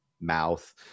mouth